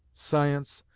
science,